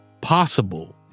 possible